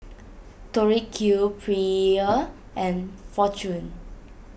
Tori Q Perrier and Fortune